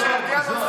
תענה.